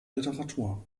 literatur